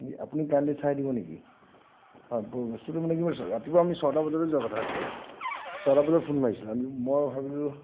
আপুনি কাইণ্ডলি চাই দিব নেকি হয় বস্তুটো মানে কি ৰাতিপুৱা আমি ছটা বজাতে যোৱাৰ কথা আছিলে ছটা বজাত ফোন মাৰিছিলোঁ মই ভাবিলোঁ